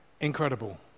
incredible